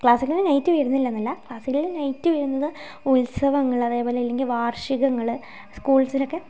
ക്ലാസ്സിക്കൽനു night വരുന്നില്ലന്നല്ല ക്ലാസ്സിക്കൽനു night വരുന്നത് ഉത്സവങ്ങൾ അതേപോലെ ഇല്ലെങ്കിൽ വാർഷികങ്ങൾ സ്കൂൾസിലൊക്കെ